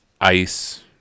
ice